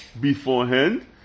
beforehand